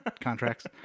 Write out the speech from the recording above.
contracts